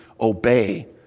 obey